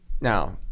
now